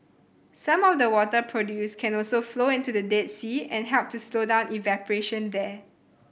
some of the water produced can also flow into the Dead Sea and help to slow down evaporation there